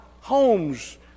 homes